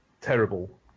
terrible